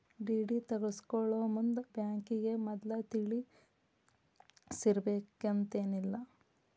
DD ತಗ್ಸ್ಕೊಳೊಮುಂದ್ ಬ್ಯಾಂಕಿಗೆ ಮದ್ಲ ತಿಳಿಸಿರ್ಬೆಕಂತೇನಿಲ್ಲಾ